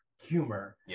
humor